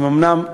הן אומנם נקיות,